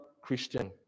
Christian